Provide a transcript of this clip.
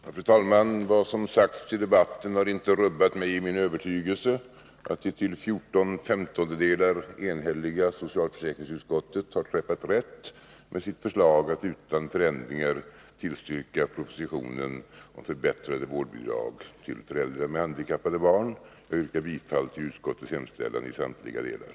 Fru talman! Vad som sagts i debatten har inte rubbat min övertygelse om att det till fjorton femtondedelar enhälliga socialförsäkringsutskottet har träffat rätt när det gäller förslaget att utan förändringar tillstyrka propositionen om förbättrade vårdnadsbidrag till föräldrar med handikappade barn. Jag yrkar bifall till utskottets hemställan i samtliga delar.